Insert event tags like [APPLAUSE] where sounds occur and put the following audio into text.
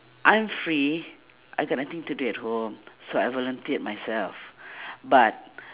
I'm free I got nothing to do at home so I volunteered myself [BREATH] but